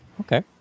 Okay